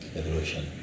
evolution